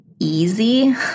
Easy